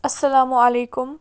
اَسَلام وعلیکُم